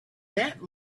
that